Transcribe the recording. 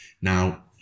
Now